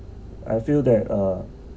I feel that uh